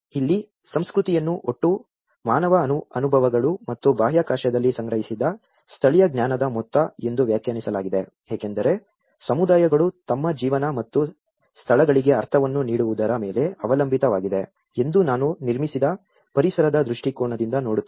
ಇಲ್ಲಿ ಸಂಸ್ಕೃತಿಯನ್ನು ಒಟ್ಟು ಮಾನವ ಅನುಭವಗಳು ಮತ್ತು ಬಾಹ್ಯಾಕಾಶದಲ್ಲಿ ಸಂಗ್ರಹಿಸಿದ ಸ್ಥಳೀಯ ಜ್ಞಾನದ ಮೊತ್ತ ಎಂದು ವ್ಯಾಖ್ಯಾನಿಸಲಾಗಿದೆ ಏಕೆಂದರೆ ಸಮುದಾಯಗಳು ತಮ್ಮ ಜೀವನ ಮತ್ತು ಸ್ಥಳಗಳಿಗೆ ಅರ್ಥವನ್ನು ನೀಡುವುದರ ಮೇಲೆ ಅವಲಂಬಿತವಾಗಿದೆ ಎಂದು ನಾನು ನಿರ್ಮಿಸಿದ ಪರಿಸರದ ದೃಷ್ಟಿಕೋನದಿಂದ ನೋಡುತ್ತಿದ್ದೇನೆ